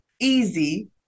easy